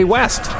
West